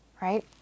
Right